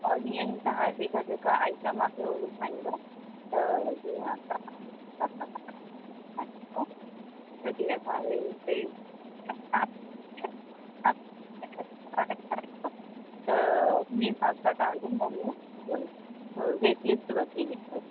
और इअं ही तव्हां जेका जेका आईटम मांखे ॿुधाईंदव त जीअं तव्हां त जीअं असांखे हुते फ़टाफ़ट त हुन हिसाब सां तव्हांजो मैन्यू वे रेट लिस्ट वधी वेंदो